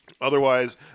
Otherwise